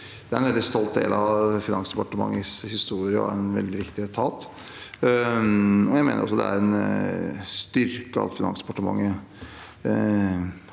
en veldig stolt del av Finansdepartementets historie og en veldig viktig etat. Jeg mener også det er en styrke at Finansdepartementet